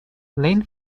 lane